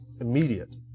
immediate